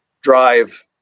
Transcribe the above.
drive